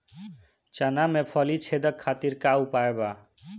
चना में फली छेदक खातिर का उपाय बा?